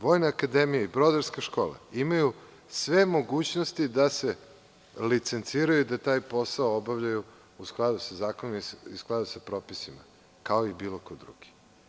Vojna akademija i Brodarska škola imaju sve mogućnosti da se licenciraju i da taj posao obavljaju u skladu sa zakonom i sa propisima, kao i bilo ko drugi.